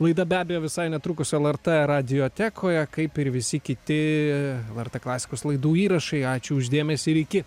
laida be abejo visai netrukus lrt radiotekoje kaip ir visi kiti lrt klasikos laidų įrašai ačiū už dėmesį ir iki